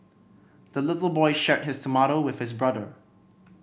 the little boy shared his tomato with his brother